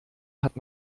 hat